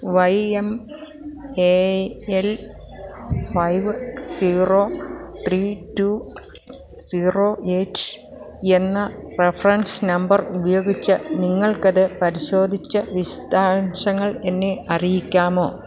Y M A L five zero three two zero eight എന്ന reference number ഉപയോഗിച്ച് നിങ്ങൾക്കത് പരിശോധിച്ച് വിശദാംശങ്ങൾ എന്നെ അറിയിക്കാമോ